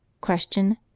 Question